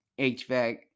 HVAC